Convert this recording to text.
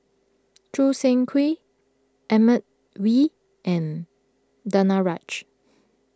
Choo Seng Quee Edmund Wee and Danaraj